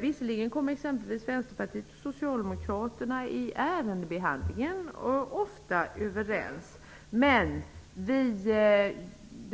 Visserligen kommer Vänsterpartiet och Socialdemokraterna under ärendebehandlingen ofta överens, men det